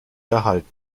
erhalten